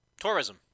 tourism